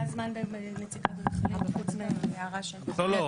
זמן בנציג האדריכלים חוץ מההערה של --- לא,